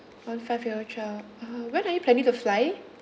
one five year old child uh when are you planning to fly